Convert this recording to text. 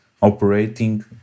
operating